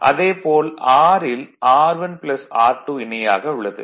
அதே போல் R ல் R1 R2 இணையாக உள்ளது